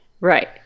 Right